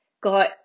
got